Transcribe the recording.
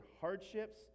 hardships